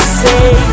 say